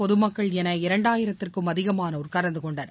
பொதுமக்கள் என இரண்டாயிரத்திற்கும் அதிகமானோர் கலந்து கொண்டனர்